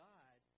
God